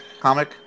comic